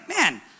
man